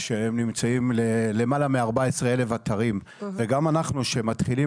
שהם נמצאים למעלה מ-14,000 אתרים וגם אנחנו שמתחילים